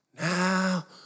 Now